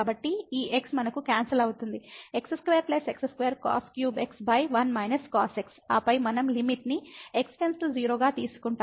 కాబట్టి ఈ x మనకు క్యాన్సల్ అవుతుంది x2x2 cos3x1−cos x ఆపై మనం లిమిట్ ని x → 0 గా తీసుకుంటాము